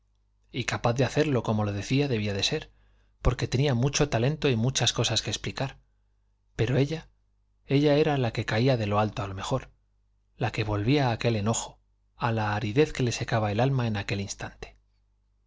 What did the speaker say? y capaz de hacerlo como lo decía debía de ser porque tenía mucho talento y muchas cosas que explicar pero ella ella era la que caía de lo alto a lo mejor la que volvía a aquel enojo a la aridez que le secaba el alma en aquel instante